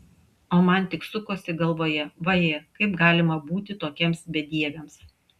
o man tik sukosi galvoje vaje kaip galima būti tokiems bedieviams